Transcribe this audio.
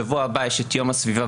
בשבוע הבא יש בכנסת את יום הסביבה.